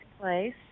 place